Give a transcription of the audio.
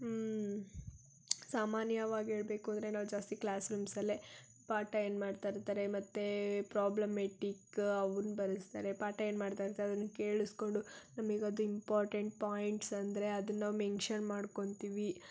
ಸಾಮಾನ್ಯವಾಗಿ ಹೇಳ್ಬೇಕು ಅಂದರೆ ನಾವು ಜಾಸ್ತಿ ಕ್ಲಾಸ್ರೂಮ್ಸಲ್ಲೇ ಪಾಠ ಏನು ಮಾಡ್ತಾ ಇರ್ತಾರೆ ಮತ್ತು ಪ್ರೊಬ್ಲಮೆಟಿಕ್ ಅವುನ್ನ ಬರೆಸ್ತಾರೆ ಪಾಠ ಏನು ಮಾಡ್ತಾ ಇರ್ತಾರೆ ಅದನ್ನು ಕೇಳಿಸ್ಕೊಂಡು ನಮಗೆ ಅದು ಇಂಪಾರ್ಟೆಂಟ್ ಪಾಯಿಂಟ್ಸ್ ಅಂದರೆ ಅದನ್ನ ನಾವು ಮೆನ್ಶನ್ ಮಾಡ್ಕೊತೀವಿ